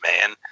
man